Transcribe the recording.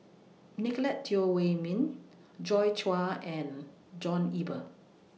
Nicolette Teo Wei Min Joi Chua and John Eber